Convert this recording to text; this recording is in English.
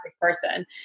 person